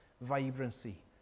vibrancy